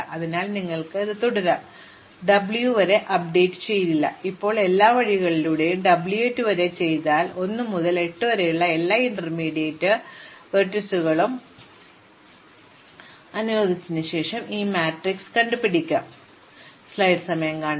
അതിനാൽ നിങ്ങൾക്ക് ഇത് തുടരാം ഞങ്ങൾ W വരെ അപ്ഡേറ്റ് ചെയ്യില്ല നിങ്ങൾ ഇപ്പോൾ എല്ലാ വഴികളിലൂടെയും W 8 വരെ ചെയ്താൽ 1 മുതൽ 8 വരെയുള്ള എല്ലാം ഒരു ഇന്റർമീഡിയറ്റ് കാര്യമായി അനുവദിച്ചതിനുശേഷം ഈ മാട്രിക്സ് ചെയ്യും ഏതൊരു i j നും ഇടയിലുള്ള എല്ലാ ജോഡി ഹ്രസ്വമായ പാതയും കണക്കാക്കുക